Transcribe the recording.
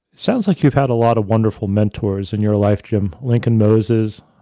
sounds like you've had a lot of wonderful mentors in your life, jim lincoln moses,